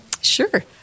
Sure